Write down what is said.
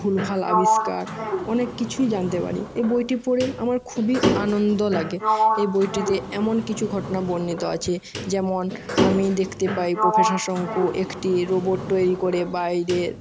ভুলভাল আবিষ্কার অনেক কিছুই জানতে পারি এ বইটি পড়ে আমার খুবই আনন্দ লাগে এই বইটিতে এমন কিছু ঘটনা বর্ণিত আছে যেমন আমি দেখতে পাই প্রফেসার শঙ্কু একটি রোবোট তৈরি করে বাইরের